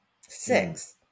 Six